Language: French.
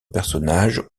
personnages